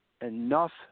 enough